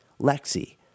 Lexi